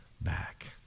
back